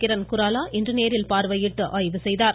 கிரண் குராலா இன்று நேரில் பார்வையிட்டு ஆய்வு செய்தார்